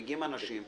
מגיעים אנשים.